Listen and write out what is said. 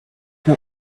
not